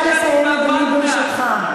אני רוצה לסיים, אדוני, ברשותך.